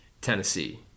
tennessee